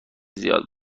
زیاد